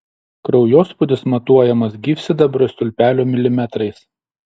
kraujospūdis matuojamas gyvsidabrio stulpelio milimetrais